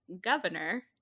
governor